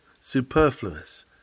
superfluous